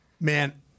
Man